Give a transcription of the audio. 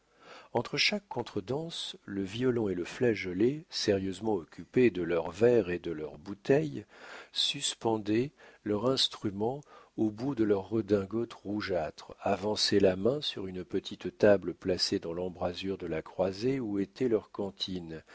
entre chaque contredanse le violon et le flageolet sérieusement occupés de leur verre et de leur bouteille suspendaient leur instrument au bouton de leur redingote rougeâtre avançaient la main sur une petite table placée dans l'embrasure de la croisée où était leur cantine